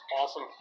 awesome